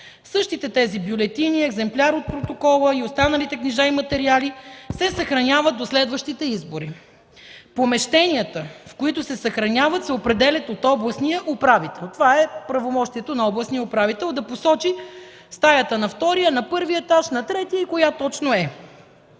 същите тези бюлетини и екземпляр от протокола и останалите книжа и материали се съхраняват до следващите избори. Помещенията, в които се съхраняват, се определят от областния управител. Това е правомощието на областния управител – да посочи стаята на втория, на първия или третия етаж и коя точно е.